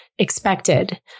Expected